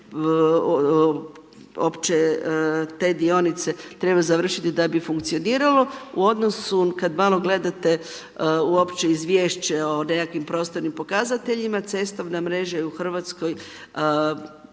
opće, te dionice treba završiti da bi funkcioniralo, u odnosu kad malo gledate uopće Izvješće o nekakvim prostornim pokazateljima, cestovna mreža je u Hrvatskoj